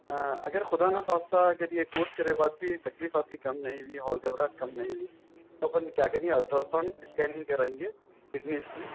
اگر خدا نہ خواستہ اگر یہ کورس کرے بعد بھی تکلیف آپ کی کم نہیں ہوئی ہول گھبراہٹ کم نہیں ہوئی تو اپن کیا کریں گے الٹرا ساؤنڈ اسکیننگ کرائیں گے کڈنیز کی